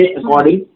according